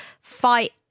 fight